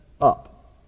up